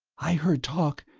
i heard talk,